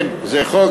כן, זה חוק